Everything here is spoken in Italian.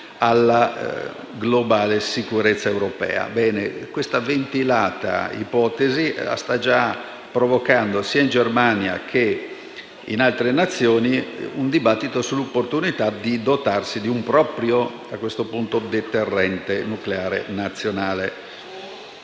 globale europea. Bene, questa ventilata ipotesi sta già provocando, sia in Germania che in altre Nazioni, un dibattito sull'opportunità di dotarsi di un proprio deterrente nucleare nazionale.